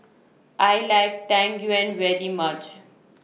I like Tang Yuen very much